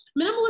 minimalism